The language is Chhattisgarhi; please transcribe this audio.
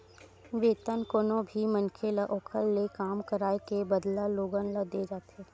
वेतन कोनो भी मनखे ल ओखर ले काम कराए के बदला लोगन ल देय जाथे